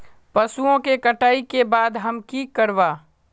पशुओं के कटाई के बाद हम की करवा?